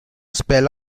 spell